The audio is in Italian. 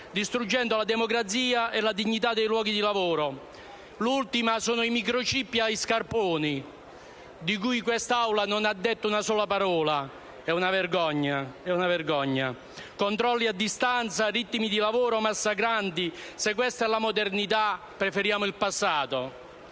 distruggendo la democrazia e la dignità dei luoghi di lavoro. L'ultima è rappresentata dai *microchip* agli scarponi, su cui quest'Aula non ha proferito una sola parola. È una vergogna. Controlli a distanza e ritmi di lavoro massacranti: se questa è la modernità, preferiamo il passato.